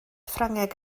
ffrangeg